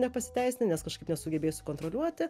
nepasiteisina nes kažkaip nesugebėjai sukontroliuoti